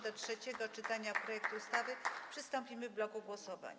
Do trzeciego czytania projektu ustawy przystąpimy w bloku głosowań.